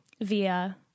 via